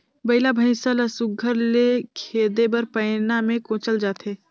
बइला भइसा ल सुग्घर ले खेदे बर पैना मे कोचल जाथे